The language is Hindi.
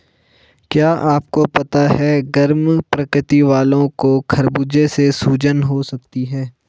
क्या आपको पता है गर्म प्रकृति वालो को खरबूजे से सूजन हो सकती है?